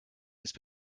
ist